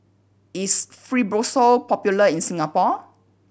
is Fibrosol popular in Singapore